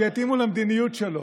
שיתאימו למדינות שלו.